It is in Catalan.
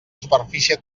superfície